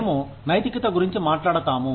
మేము నైతికత గురించి మాట్లాడతాము